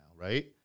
right